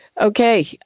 Okay